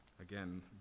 Again